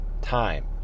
Time